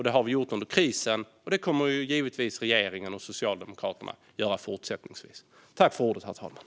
Det har vi gjort under krisen, och det kommer regeringen och Socialdemokraterna givetvis att göra även fortsättningsvis.